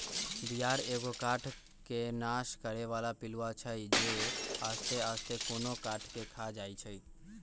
दियार एगो काठ के नाश करे बला पिलुआ हई जे आस्ते आस्ते कोनो काठ के ख़ा जाइ छइ